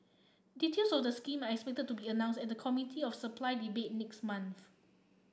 details of the scheme are expected to be announced at the Committee of Supply debate next month